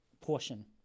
portion